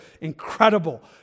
incredible